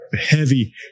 heavy